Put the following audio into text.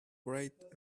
bright